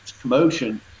commotion